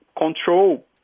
control